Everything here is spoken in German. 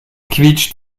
quietscht